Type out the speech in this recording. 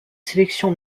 sélections